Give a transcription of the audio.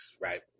right